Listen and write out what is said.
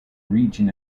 region